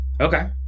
Okay